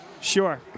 Sure